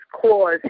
clause